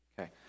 Okay